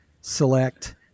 select